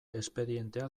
espedientea